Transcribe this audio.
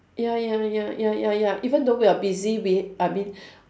ya ya ya ya ya ya even though we're busy we I mean